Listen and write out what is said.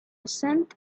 cent